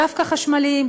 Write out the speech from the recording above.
דווקא חשמליים,